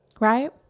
Right